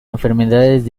enfermedades